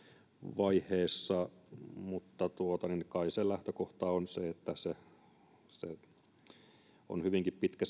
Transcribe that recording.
vaiheessa mutta kai lähtökohta on se että se sopimus on hyvinkin pitkä